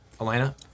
Elena